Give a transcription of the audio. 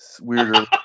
weirder